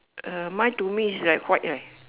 uh mine to me is like white leh